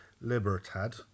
Libertad